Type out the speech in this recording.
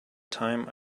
time